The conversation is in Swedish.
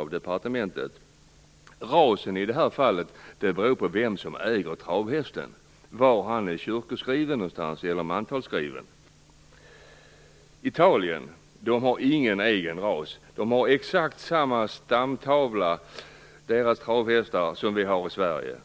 och departementet. Rasen beror i det här fallet på vem som äger travhästen, dvs. var någonstans han är kyrkoskriven eller mantalsskriven. Italien har inte någon egen ras. Deras travhästar har exakt samma stamtavla som den vi har i Sverige.